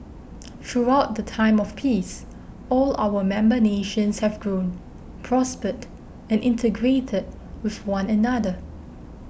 throughout the time of peace all our member nations have grown prospered and integrated with one another